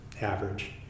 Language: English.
average